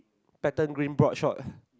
pattern green boardshort